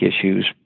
issues